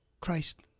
Christ